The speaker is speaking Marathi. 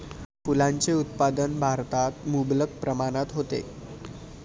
फुलांचे उत्पादन भारतात मुबलक प्रमाणात होते